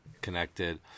connected